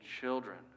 children